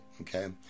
okay